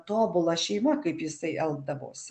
tobula šeima kaip jisai elgdavosi